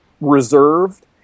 reserved